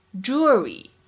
jewelry